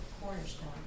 cornerstone